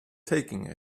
taking